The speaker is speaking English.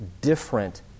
different